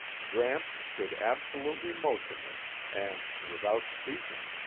gramps stood absolutely motionless and, without speaking,